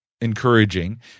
encouraging